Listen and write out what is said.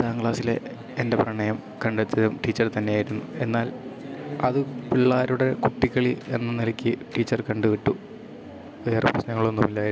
പത്താം ക്ലാസ്സിലെ എൻ്റെ പ്രണയം കണ്ടെത്തിയതും ടീച്ചർ തന്നെയായിരുന്നു എന്നാൽ അത് പിള്ളേരുടെ കുട്ടികളി എന്ന നിലക്ക് ടീച്ചർ കണ്ട് വിട്ടു വേറെ പ്രശ്നങ്ങളൊന്നും ഇല്ലായിരുന്നു